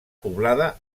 poblada